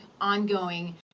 ongoing